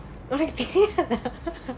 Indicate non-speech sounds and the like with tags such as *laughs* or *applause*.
உனக்கு தெரியாதா:unnakku teriyaathaa *laughs*